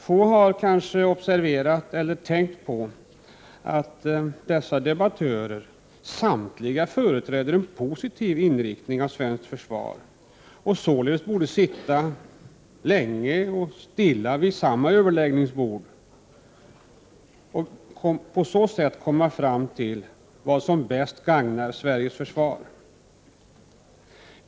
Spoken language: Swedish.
Få har kanske tänkt på att samtliga dessa debattörer företräder en positiv inriktning av svenskt försvar, att de således borde sitta länge och stilla vid samma överläggningsbord och på så sätt komma fram till vad som bäst gagnar Sveriges försvar.